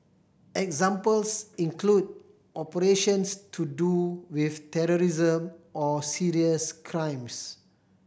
examples include operations to do with terrorism or serious crimes